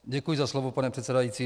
Děkuji za slovo, pane předsedající.